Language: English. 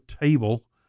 table